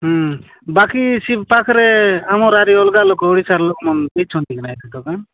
ହଁ ବାକି ଶିବ ପାଖରେ ଆମର ଆରି ଅଲଗା ଲୋକ ଓଡ଼ିଶାର ଲୋକମାନେ ଦେଇଛନ୍ତି କି ନାହିଁ ଦୋକାନ